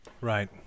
Right